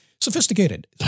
Sophisticated